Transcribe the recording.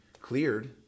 cleared